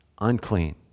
unclean